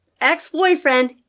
ex-boyfriend